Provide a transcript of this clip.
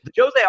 Jose